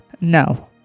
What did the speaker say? No